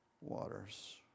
waters